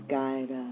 guide